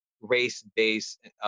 race-based